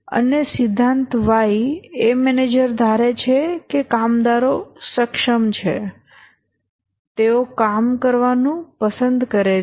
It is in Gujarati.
અને સિદ્ધાંત Y એ મેનેજર ધારે છે કે કામદારો કાર્યક્ષમ છે તેઓ કામ કરવાનું પસંદ કરે છે